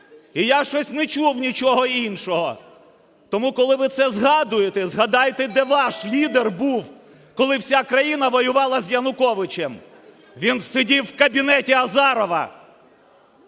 І я щось не чув нічого іншого. Тому, коли ви це згадуєте, згадайте, де ваш лідер був, коли вся країна воювала з Януковичем. Він сидів в кабінеті Азарова.